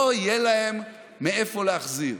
לא יהיה להם מאיפה להחזיר.